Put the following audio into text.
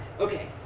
Okay